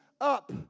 up